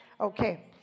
Okay